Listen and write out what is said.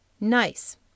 Nice